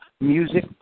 music